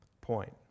point